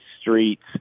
streets